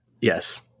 Yes